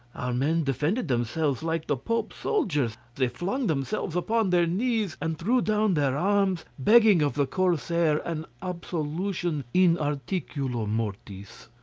our men defended themselves like the pope's soldiers they flung themselves upon their knees, and threw down their arms, begging of the corsair an absolution in articulo mortis.